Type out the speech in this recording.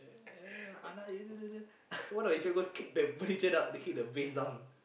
one of his go kick the out go kick the base down